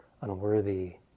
unworthy